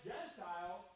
Gentile